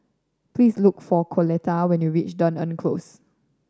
please look for Coletta when you reach Dunearn Close